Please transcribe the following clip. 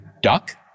duck